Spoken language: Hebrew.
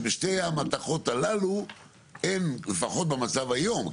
שבשתי המתכות הללו לפחות במצב היום,